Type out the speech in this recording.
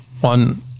One